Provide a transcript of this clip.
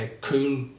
cool